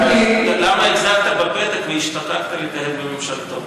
אני עדיין לא מבין: למה החזקת בפתק והשתוקקת להיכנס לממשלתו?